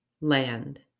land